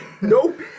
Nope